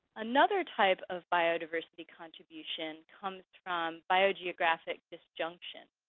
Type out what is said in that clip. another type of biodiversity contribution comes from biogeographic disjunction.